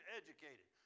educated